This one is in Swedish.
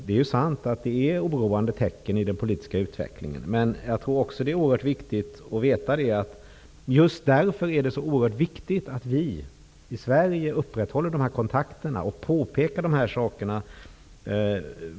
Det är sant att det finns oroande tecken i den politiska utveckligen, men det är just därför också oerhört viktigt att vi i Sverige upprätthåller kontakterna och påpekar dessa saker.